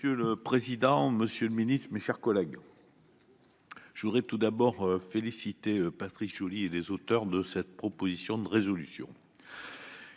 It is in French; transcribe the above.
Monsieur le président, monsieur le secrétaire d'État, mes chers collègues, je voudrais tout d'abord féliciter Patrice Joly et les auteurs de cette proposition de résolution.